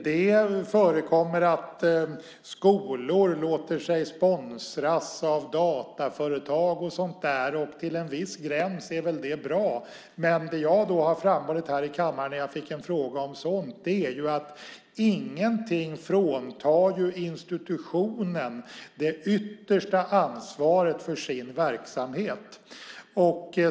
Det förekommer att skolor låter sig sponsras av dataföretag och sådant, och till en viss gräns är väl det bra. Men det jag har framhållit här i kammaren när jag fick en fråga som sådant är att ingenting fråntar institutionen det yttersta ansvaret för sin verksamhet.